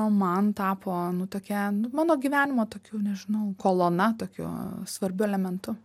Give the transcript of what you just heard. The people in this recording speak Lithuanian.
man tapo nu tokia nu mano gyvenimo tokiu nežinau kolona tokiu svarbiu elementu